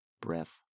breath